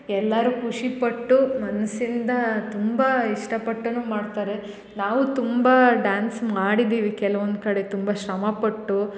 ಎಲ್ಲರು ಖುಷಿ ಪಟ್ಟು ಮನ್ಸಿಂದ ತುಂಬಾ ಇಷ್ಟಪಟ್ಟೂನು ಮಾಡ್ತಾರೆ ನಾವು ತುಂಬ ಡಾನ್ಸ್ ಮಾಡಿದ್ದೀವಿ ಕೆಲವೊಂದು ಕಡೆ ತುಂಬ ಶ್ರಮಪಟ್ಟು